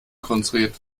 konstruiert